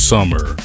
Summer